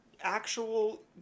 actual